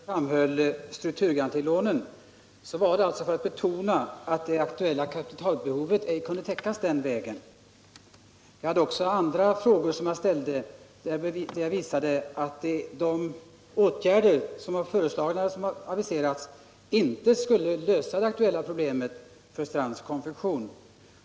Herr talman! När jag i mitt anförande framhöll strukturgarantilånen var det för att betona att det aktuella kapitalbehovet inte kunde täckas den vägen. Jag tog också upp andra frågor och visade att de åtgärder som aviserats inte skulle lösa det aktuella problemet för Strands Konfektion.